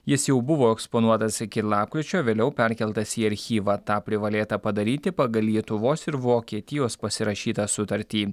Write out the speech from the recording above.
jis jau buvo eksponuotas iki lapkričio vėliau perkeltas į archyvą tą privalėta padaryti pagal lietuvos ir vokietijos pasirašytą sutartį